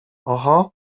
oho